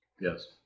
Yes